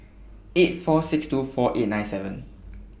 eight four six two four eight nine seven